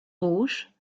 rouge